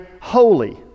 holy